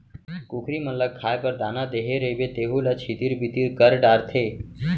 कुकरी मन ल खाए बर दाना देहे रइबे तेहू ल छितिर बितिर कर डारथें